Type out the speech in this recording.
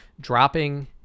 dropping